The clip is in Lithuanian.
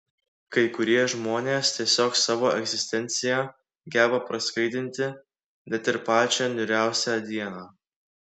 kai kurie žmonės tiesiog savo egzistencija geba praskaidrinti net ir pačią niūriausią dieną